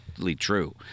true